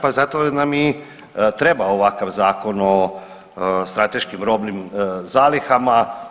Pa zato nam i treba ovakav Zakon o strateškim robnim zalihama.